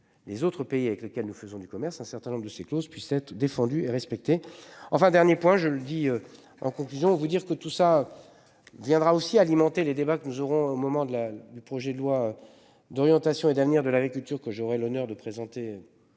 Les autres pays avec lesquels nous faisons du commerce un certain nombre de ces clauses puissent être défendu et respecté. Enfin, dernier point, je le dis en conclusion, vous dire que tout ça. Viendra aussi alimenter les débats que nous aurons au moment de la, du projet de loi. D'orientation et d'avenir de l'agriculture que j'aurai l'honneur de présenter.